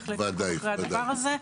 בהחלט נעקוב אחרי הדבר הזה.